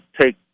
take